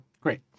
Great